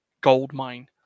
goldmine